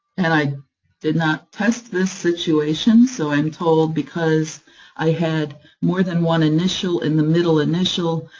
and i did not test this situation, so i'm told because i had more than one initial in the middle initial,